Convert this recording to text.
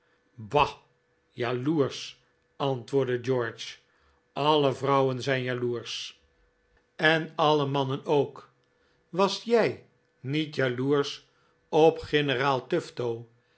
jaloersch antwoordde george alle vrouwen zijn jaloersch en alle mannen ook was jij niet jaloersch op generaal tufto